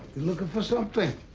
looking for something?